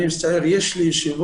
אני מצטער, יש לי ישיבות.